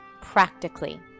practically